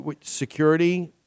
security